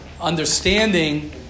understanding